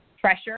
pressure